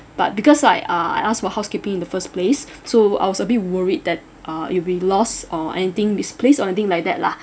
but because like uh I ask for housekeeping in the first place so I was a bit worried that uh it'll be lost or anything misplaced or anything like that lah